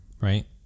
right